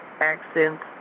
accents